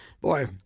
Boy